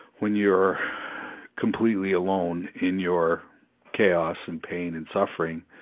when you're completely alone in your chaos and pain and suffering,